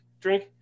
drink